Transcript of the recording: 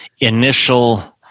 initial